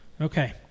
Okay